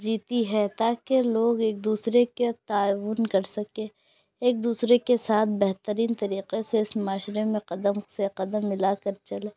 جیتی ہے تاکہ لوگ ایک دوسرے کے تعاون کر سکیں ایک دوسرے کے ساتھ بہترین طریقے سے اس معاشرے میں قدم سے قدم ملا کر چلیں